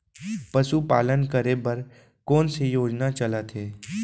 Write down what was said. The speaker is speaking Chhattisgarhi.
पशुपालन करे बर कोन से योजना चलत हे?